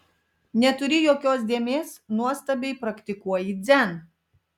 neturi jokios dėmės nuostabiai praktikuoji dzen